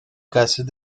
gases